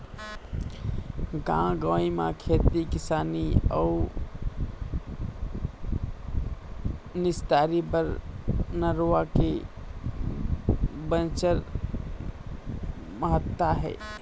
गाँव गंवई म खेती किसानी अउ निस्तारी बर नरूवा के बनेच महत्ता हे